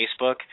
Facebook